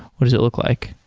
what does it look like?